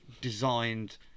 designed